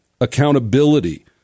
accountability